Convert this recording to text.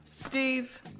Steve